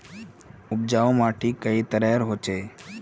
उपजाऊ माटी कई तरहेर होचए?